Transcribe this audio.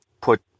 put